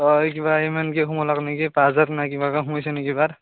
অ' এই কিবা ইমানকৈ সোমালাক নেকি পাঁচ হাজাৰ না কিমানকৈ সোমাইছে নেকি এইবাৰ